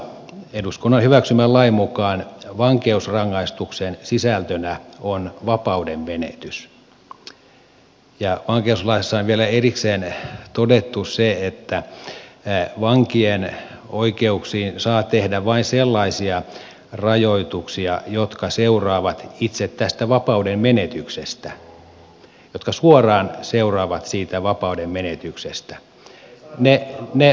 eduskunnan hyväksymän lain mukaan vankeusrangaistuksen sisältönä on vapauden menetys ja vankeuslaissa on vielä erikseen todettu se että vankien oikeuksiin saa tehdä vain sellaisia rajoituksia jotka seuraavat itse tästä vapauden menetyksestä jotka suoraan seuraavat siitä vapauden menetyksestä